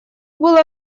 было